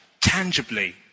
tangibly